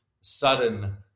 sudden